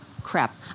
Crap